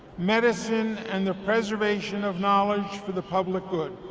medicine, and the preservation of knowledge for the public good.